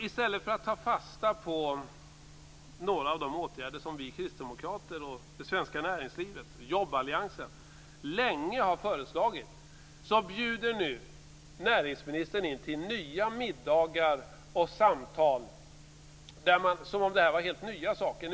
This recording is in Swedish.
I stället för att ta fasta på några av de åtgärder som vi kristdemokrater, det svenska näringslivet och jobballiansen länge har föreslagit, så bjuder nu näringsministern in till nya middagar och samtal som om detta var helt nya saker.